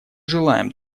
желаем